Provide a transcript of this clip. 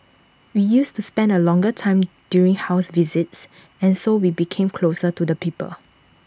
we used to spend A longer time during house visits and so we became closer to the people